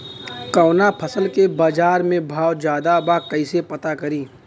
कवना फसल के बाजार में भाव ज्यादा बा कैसे पता करि?